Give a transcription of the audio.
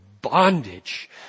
bondage